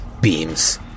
beams